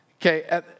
Okay